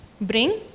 bring